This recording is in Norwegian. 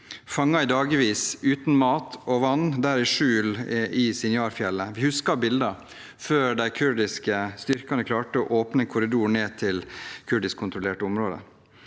fanget i dagevis uten mat og vann i skjul i Sinjar-fjellet – vi husker bildene – før de kurdiske styrkene klarte å åpne en korridor ned til det kurdiskkontrollerte området.